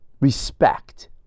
respect